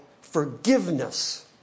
forgiveness